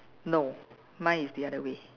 no mine is the other way